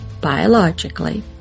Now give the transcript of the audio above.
biologically